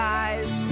eyes